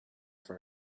for